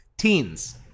Teens